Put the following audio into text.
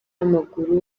w’amaguru